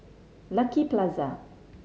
Lucky Plaza